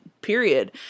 Period